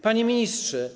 Panie Ministrze!